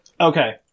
Okay